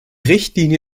richtlinie